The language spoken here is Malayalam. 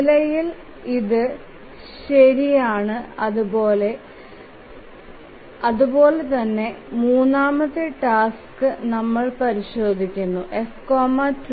നിലയിൽ ഇതു ശരി ആണ് അതുപോലെ തന്നെ മൂന്നാം ടാസ്ക് നമ്മൾ പരിശോധികുനു F 20